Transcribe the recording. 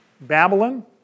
Babylon